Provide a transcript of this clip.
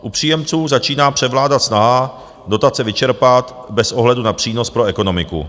U příjemců začíná převládat snaha dotace vyčerpat bez ohledu na přínos pro ekonomiku.